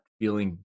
feeling